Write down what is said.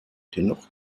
dennoch